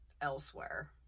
elsewhere